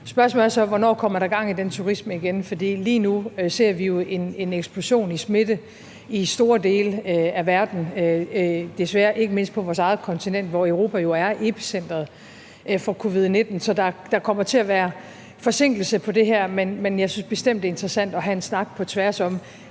Spørgsmålet er så, hvornår der kommer gang i den turisme igen, for lige nu ser vi jo en eksplosion i smitte i store dele af verden, desværre ikke mindst på vores eget kontinent, hvor Europa jo er epicenteret for covid-19. Så der kommer til at være forsinkelse på det her, men jeg synes bestemt, det er interessant at have en snak på tværs om,